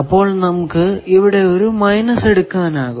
അപ്പോൾ നമുക്ക് ഇവിടെ ഒരു മൈനസ് എടുക്കാനാകും